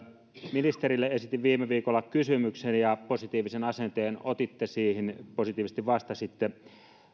ministerille esitin viime viikolla kysymyksen ja positiivisen asenteen otitte siihen positiivisesti vastasitte